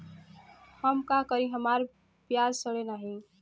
हम का करी हमार प्याज सड़ें नाही?